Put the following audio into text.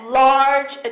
large